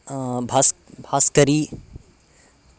भास् Bhaskari